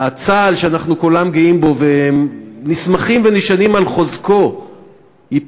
צה"ל שאנחנו כל כך גאים בו ונסמכים ונשענים על חוזקו ייפגע,